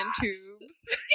tubes